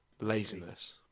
laziness